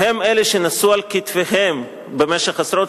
הם אלה שנשאו על כתפיהם במשך עשרות